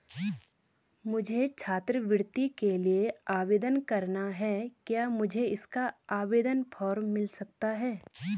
मुझे छात्रवृत्ति के लिए आवेदन करना है क्या मुझे इसका आवेदन फॉर्म मिल सकता है?